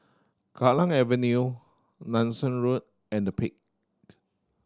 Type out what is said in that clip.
Kallang Avenue Nanson Road and The Peak